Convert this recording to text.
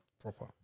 proper